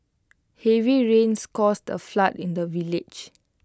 heavy rains caused A flood in the village